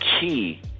key